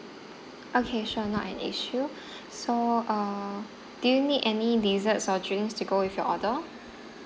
okay sure not an issue so uh do you need any desserts or drinks to go with your order